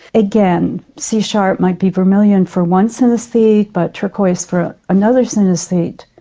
again, c sharp might be vermillion for one synesthete but turquoise for another synesthete.